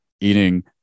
eating